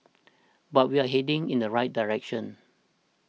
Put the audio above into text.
but we are heading in the right direction